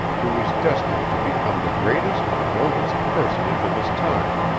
who was destined to become the greatest and noblest personage of his time,